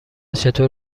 چطور